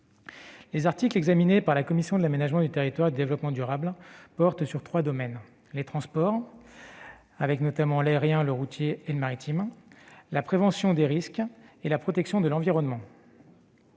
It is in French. Les articles examinés par la commission de l'aménagement du territoire et du développement durable portent sur trois domaines : les transports- aérien, routier et maritime -, la prévention des risques et la protection de l'environnement.